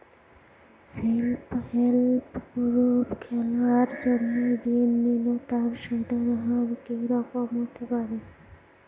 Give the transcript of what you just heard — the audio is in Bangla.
সেল্ফ হেল্প গ্রুপ খোলার জন্য ঋণ নিলে তার সুদের হার কি রকম হতে পারে?